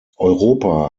europa